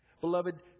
Beloved